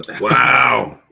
Wow